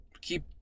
keep